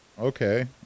okay